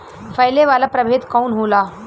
फैले वाला प्रभेद कौन होला?